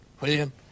William